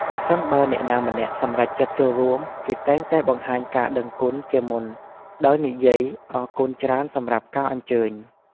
ប្រសិនបើអ្នកណាម្នាក់សម្រេចចិត្តចូលរួម គេតែងតែបង្ហាញការដឹងគុណជាមុនដោយនិយាយ "អរគុណច្រើនសម្រាប់ការអញ្ជើញ"។